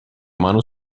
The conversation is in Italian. mano